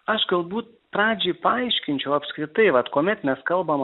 aš galbūt pradžiai paaiškinčiau apskritai vat kuomet mes kalbam